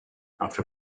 after